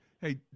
hey